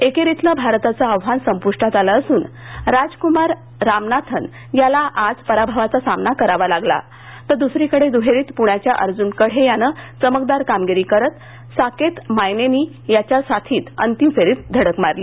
एकेरीतलं भारताचं आव्हान संपूष्टात आलं असून राजकुमार रामनाथन याला आज पराभवाचा सामना करावा लागला तर दुसरीकडे दुहेरीत पुण्याच्या अर्जुन कढे यानं चमकदार कामगिरी करत साकेत मायनेनी याच्या साथीत अंतिम फेरीत धडक मारली